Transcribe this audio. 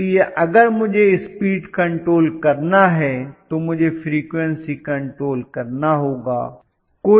इसलिए अगर मुझे स्पीड कंट्रोल करना है तो मुझे फ्रीक्वेंसी कंट्रोल करना होगा